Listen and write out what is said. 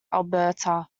alberta